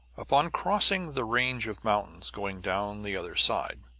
upon crossing the range of mountains going down the other side,